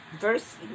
Verse